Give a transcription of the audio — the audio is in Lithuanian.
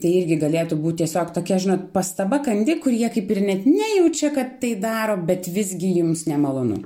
tai irgi galėtų būt tiesiog tokia žinot pastaba kandi kurie kaip ir net nejaučia kad tai daro bet visgi jums nemalonu